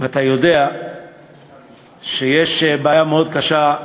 ואתה יודע שיש בעיה מאוד קשה,